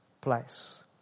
place